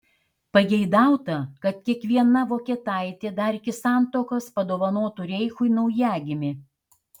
pageidauta kad kiekviena vokietaitė dar iki santuokos padovanotų reichui naujagimį